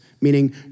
meaning